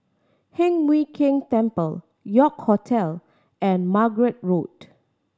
Heng Mui Keng Terrace York Hotel and Margate Road